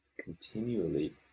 Continually